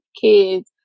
kids